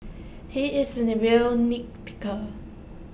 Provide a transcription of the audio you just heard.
he is A real nit picker